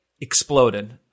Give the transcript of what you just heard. exploded